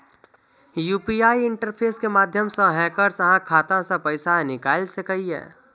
UPI interface के माध्यम सं हैकर्स अहांक खाता सं पैसा निकालि सकैए